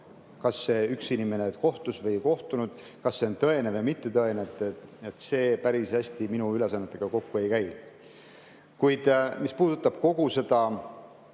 kas üks inimene kohtus või ei kohtunud, kas see on tõene või mittetõene. See päris hästi minu ülesannetega kokku ei käi. Kuid mis puudutab kogu seda